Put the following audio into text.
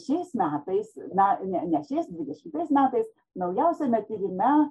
šiais metais na ne ne šiais dvidešimtais metais naujausiame tyrime